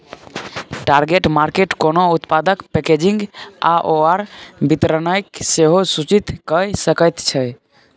target market कोनो उत्पादक packaging आओर वितरणकेँ सेहो सूचित कए सकैत छै